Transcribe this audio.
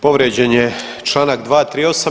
Povrijeđen je članak 238.